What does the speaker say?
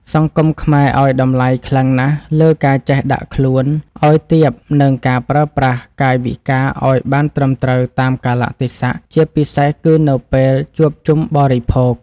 សង្គមខ្មែរឱ្យតម្លៃខ្លាំងណាស់លើការចេះដាក់ខ្លួនឱ្យទាបនិងការប្រើប្រាស់កាយវិការឱ្យបានត្រឹមត្រូវតាមកាលៈទេសៈជាពិសេសគឺនៅពេលជួបជុំបរិភោគ។